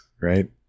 right